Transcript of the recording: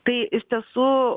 tai iš tiesų